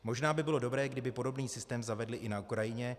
Možná by bylo dobré, kdyby podobný systém zavedli i na Ukrajině.